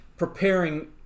Preparing